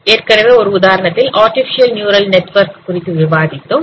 ஏற்கனவே ஒரு உதாரணத்தில் ஆர்டிபிசியல் நியூரல் நெட்வொர்க் குறித்து விவாதித்தோம்